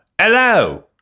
Hello